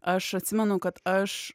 aš atsimenu kad aš